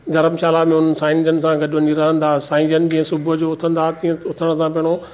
धर्मशाला में उन साईंजनि सां गॾु वञी रहंदासीं साईंजनि कीअं सुबुह जो उथंदा तीअं उथण सां पहिरों